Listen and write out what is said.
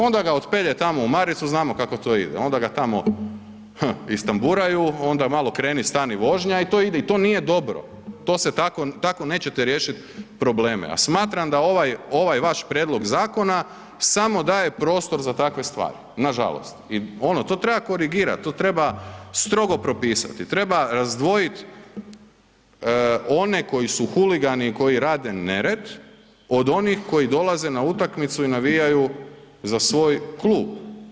Onda ga otpeljaj tamo u maricu, znamo kako to ide, onda ga tamo istamburaju, onda malo kreni, stani vožnja i to nije dobro, tako nećete riješit probleme a smatram da ovaj vaš prijedlog zakona samo daje prostor za takve stvari, nažalost i to treba korigirat, to treba strogo propisati, treba razdvojit one koji su huligani i koji rade nered od onih koji dolaze na utakmicu i navijaju za svoj klub.